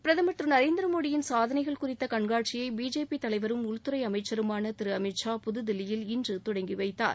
பிரதமா் திரு நரேந்திர மோடியின் சாதனைகள் குறித்த கண்காட்சியை பிஜேபி தலைவரும் உள்துறை அமைச்சருமான திரு அமித்ஷா புதுதில்லியில் இன்று தொடங்கி வைத்தார்